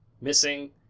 missing